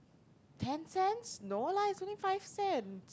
ten cents no lah it's only five cent